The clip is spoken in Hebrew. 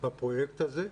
בפרויקט הזה,